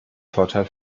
vorteil